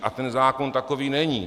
A ten zákon takový není.